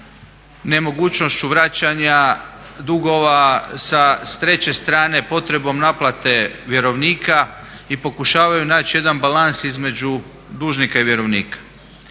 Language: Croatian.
nemogućnošću vraćanja dugova sa treće strane, potrebom naplate vjerovnika i pokušavaju naći jedan balans između dužnika i vjerovnika.